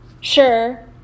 Sure